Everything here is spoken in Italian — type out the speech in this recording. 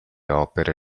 opere